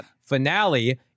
finale